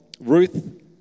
Ruth